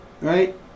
Right